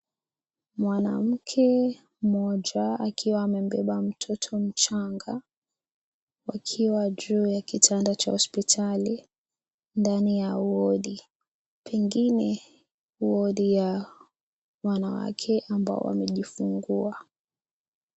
Mwanamke mmoja akiwa amembeba mtoto mchanga, akiwa juu ya kitanda cha hospitali, ndani ya wodi, pengine wodi ya wanawake ambao wamejifungua.